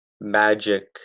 magic